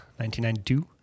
1992